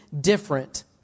different